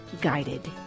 guided